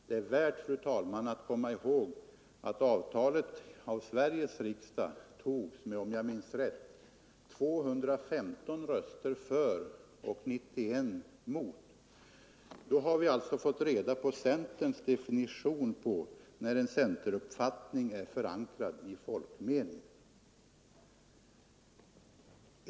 Det är värt, fru talman, att komma ihåg att avtalet av Sveriges riksdag antogs med - om jag minns rätt — 215 röster för och 91 mot. Då har vi alltså fått reda på centerns definition på när en centeruppfattning är förankrad i folkmeningen.